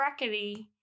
brackety